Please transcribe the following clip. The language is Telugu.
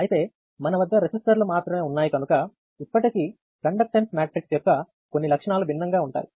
అయితే మన వద్ద రెసిస్టర్లు మాత్రమే ఉన్నాయి కనుక ఇప్పటికీ కండక్టెన్స్ మ్యాట్రిక్స్ యొక్క కొన్ని లక్షణాలు భిన్నంగా ఉంటాయి